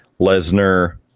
Lesnar